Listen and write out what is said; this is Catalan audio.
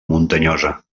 muntanyosa